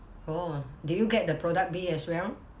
oh did you get the product B as well